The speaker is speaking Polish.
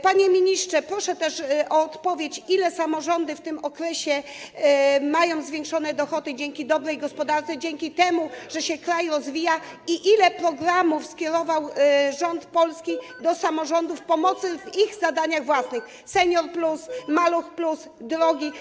Panie ministrze, proszę też o odpowiedź na pytanie, ile samorządy w tym okresie mają zwiększone dochody dzięki dobrej gospodarce, dzięki temu, że się kraj rozwija, i ile programów skierował rząd polski do samorządów w celu pomocy w ich zadaniach własnych: „Senior +”, „Maluch +”, drogi.